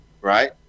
right